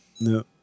No